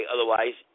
Otherwise